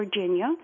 Virginia